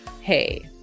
hey